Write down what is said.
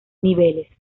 niveles